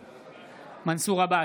בעד מנסור עבאס,